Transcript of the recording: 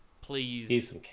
please